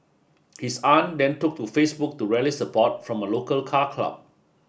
his aunt then took to Facebook to rally support from a local car club